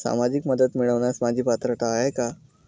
सामाजिक मदत मिळवण्यास माझी पात्रता आहे का?